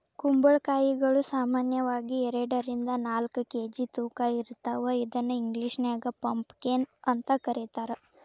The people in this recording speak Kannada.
ಕುಂಬಳಕಾಯಿಗಳು ಸಾಮಾನ್ಯವಾಗಿ ಎರಡರಿಂದ ನಾಲ್ಕ್ ಕೆ.ಜಿ ತೂಕ ಇರ್ತಾವ ಇದನ್ನ ಇಂಗ್ಲೇಷನ್ಯಾಗ ಪಂಪಕೇನ್ ಅಂತ ಕರೇತಾರ